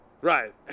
Right